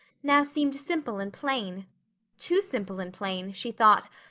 now seemed simple and plain too simple and plain, she thought,